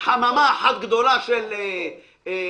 חממה אחת גדולה של סיכון,